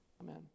Amen